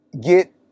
get